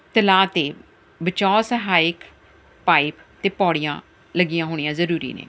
ਤਲਾਅ 'ਤੇ ਬਚਾਉ ਸਹਾਇਕ ਪਾਈਪ ਅਤੇ ਪੌੜੀਆਂ ਲੱਗੀਆਂ ਹੋਣੀਆਂ ਜ਼ਰੂਰੀ ਨੇ